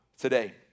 today